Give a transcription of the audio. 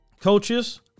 coaches